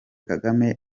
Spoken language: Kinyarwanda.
kagame